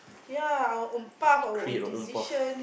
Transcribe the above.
ya our own path our own decision